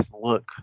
look